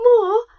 more